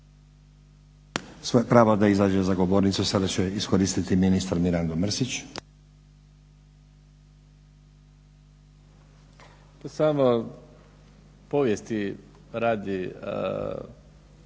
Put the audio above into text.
Svoje pravo da izađe za govornicu sada će iskoristiti ministar MIrando Mrsić.